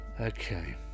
Okay